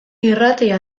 irratia